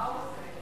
מה הוא עושה?